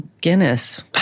Guinness